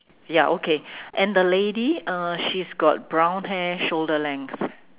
ya okay and the lady uh she's got brown hair shoulder length